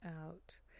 out